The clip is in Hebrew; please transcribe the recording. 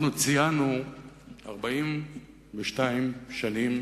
בשבת אנחנו ציינו 42 שנים